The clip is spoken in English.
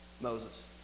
Moses